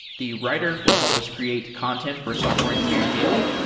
the writer will help us create content for software engineering daily.